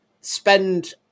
spend